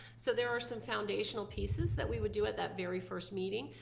so there are some foundational pieces that we would do at that very first meeting.